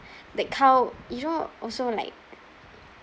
like how you know also like